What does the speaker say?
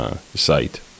site